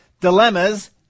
dilemmas